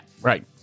Right